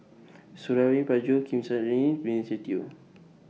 Suradi Parjo Kim San Benny Se Teo